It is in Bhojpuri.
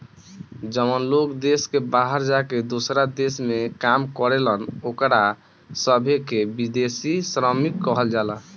जवन लोग देश के बाहर जाके दोसरा देश में काम करेलन ओकरा सभे के विदेशी श्रमिक कहल जाला